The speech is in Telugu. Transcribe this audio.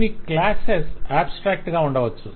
కొన్ని క్లాసెస్ ఆబ్స్ట్రాక్ట్ గా ఉండవచ్చు